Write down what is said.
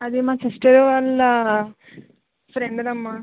అది మా సిస్టర్ వాళ్ళ ఫ్రెండ్ది అమ్మా